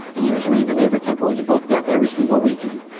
and usually the labor temple is booked up every single weekend.